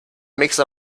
mixer